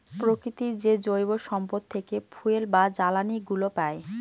প্রকৃতির যে জৈব সম্পদ থেকে ফুয়েল বা জ্বালানিগুলো পাই